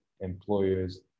employers